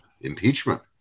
impeachment